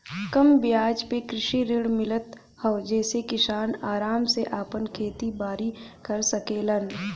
कम बियाज पे कृषि ऋण मिलत हौ जेसे किसान आराम से आपन खेती बारी कर सकेलन